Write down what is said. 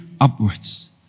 upwards